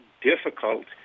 difficult